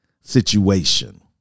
situation